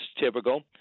typical